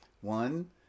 One